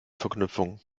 verknüpfungen